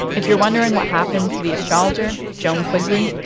if you're wondering what happened to the astrologer, joan quigley.